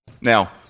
Now